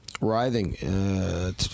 writhing